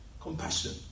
Compassion